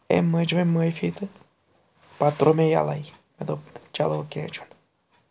أمۍ مٔنٛج مےٚ معٲفی تہٕ پَتہٕ ترٛوو مےٚ یَلَے مےٚ دوٚپ چلو کیٚنٛہہ چھُنہٕ